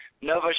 Nova